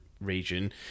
region